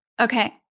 Okay